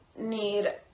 need